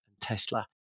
Tesla